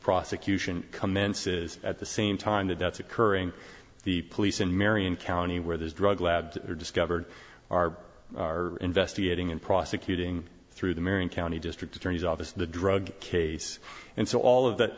prosecution commences at the same time that that's occurring the police in marion county where those drug labs were discovered are our investigating and prosecuting through the marion county district attorney's office the drug case and so all of that